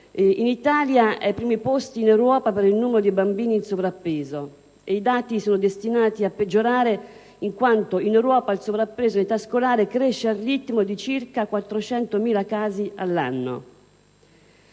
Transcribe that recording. L'Italia è ai primi posti in Europa per il numero di bambini in sovrappeso, e i dati sono destinati a peggiorare, in quanto in Europa il sovrappeso in età scolare cresce al ritmo di circa 400.000 casi all'anno.